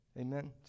Amen